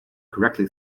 correctly